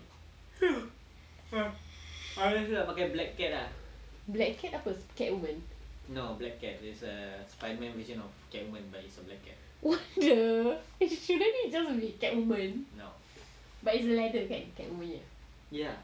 black cat apa cat woman what the shouldn't he just be a cat woman but it's leather kan cat woman punya